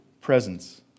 presence